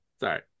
sorry